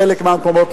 בחלק מהמקומות,